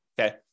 okay